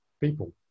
people